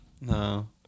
No